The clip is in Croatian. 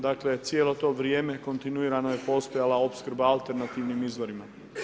Dakle cijelo to vrijeme kontinuirano je postojala opskrba alternativnim izvorima.